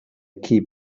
keep